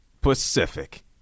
Pacific